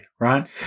right